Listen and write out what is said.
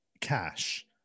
cash